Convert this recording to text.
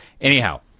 Anyhow